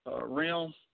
realm